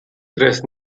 tres